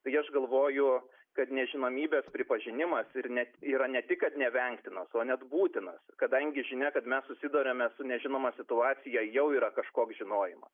tai aš galvoju kad nežinomybės pripažinimas ir net yra ne tik kad nevengtinas o net būtinas kadangi žinia kad mes susiduriame su nežinoma situacija jau yra kažkoks žinojimas